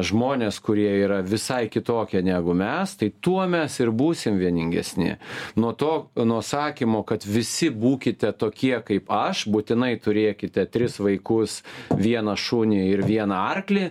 žmones kurie yra visai kitokie negu mes tai tuo mes ir būsim vieningesni nuo to nuo sakymo kad visi būkite tokie kaip aš būtinai turėkite tris vaikus vieną šunį ir vieną arklį